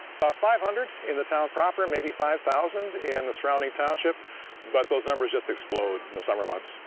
but five hundred in the town proper, maybe five thousand in the surrounding township but those numbers just explode in the summer months.